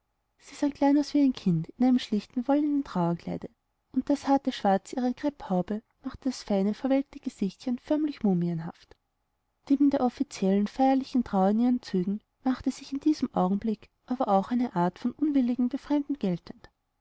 sie sah klein aus wie ein kind in dem schlichten wollenen trauerkleide und das harte schwarz ihrer krepphaube machte das feine verwelkte gesichtchen förmlich mumienhaft neben der offiziellen feierlichen trauer in ihren zügen machte sich in diesem augenblick aber auch eine art von unwilligem befremden geltend